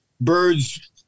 Birds